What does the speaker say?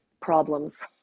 problems